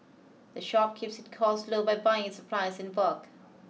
the shop keeps its costs low by buying its supplies in bulk